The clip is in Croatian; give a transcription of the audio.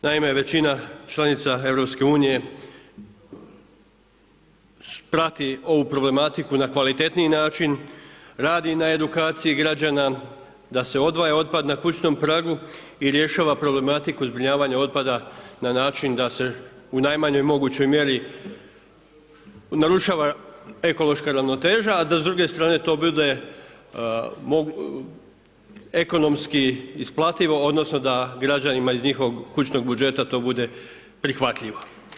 Naime, većina članica EU prati ovu problematiku na kvalitetniji način, radi na edukaciji građana, da se odvaja otpad na kućnom pragu i rješava problematiku zbrinjavanja otpada na način da se u najmanjoj mogućoj mjeri narušava ekološka ravnoteža, a da s druge strane to bude ekonomski isplativo, odnosno da građanima iz njihovog kućnog budžeta to bude prihvatljivo.